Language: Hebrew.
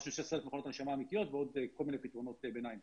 רכשנו 16 מכונות הנשמה אמתיות ועוד כול מיני פתרונות ביניים.